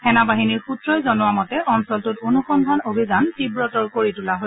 সেনা বাহিনীৰ সূএই জনোৱা মতে অঞ্চলটোত অনুসন্ধান অভিযান তীৱতৰ কৰি তোলা হৈছে